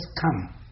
come